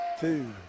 Two